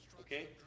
okay